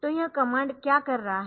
तो यह कमांड क्या कर रहा है